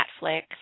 Netflix